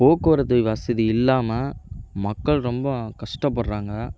போக்குவரத்து வசதி இல்லாமல் மக்கள் ரொம்ப கஷ்டப்படுறாங்க